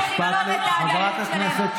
משפט אחרון.